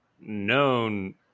known